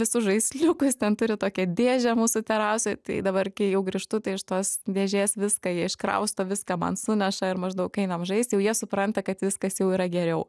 visus žaisliukus ten turi tokią dėžę mūsų terasoj tai dabar kai jau grįžtu tai iš tos dėžės viską jie iškrausto viską man suneša ir maždaug einam žaist jau jie supranta kad viskas jau yra geriau